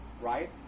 right